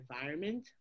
environment